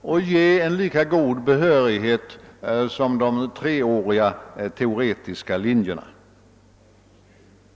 och ge lika god behörighet som den treåriga teoretiska linjen?